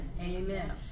Amen